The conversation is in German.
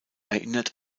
erinnert